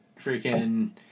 freaking